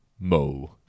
mo